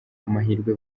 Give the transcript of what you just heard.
amahirwe